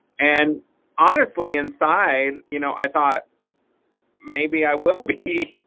and honestly inside you know i thought maybe i will be.